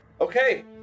Okay